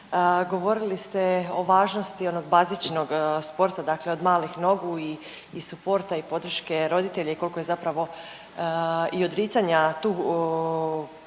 govorili ste o važnosti onog bazičnog sporta, dakle od malih nogu i suporta i podrške roditelja i koliko je zapravo i odricanja tu